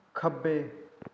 ਖੱਬੇ